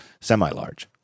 semi-large